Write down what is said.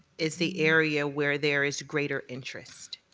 is the area where there is greater interest,